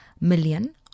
million